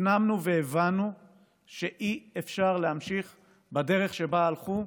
הפנמנו והבנו שאי-אפשר להמשיך בדרך שבה הלכו,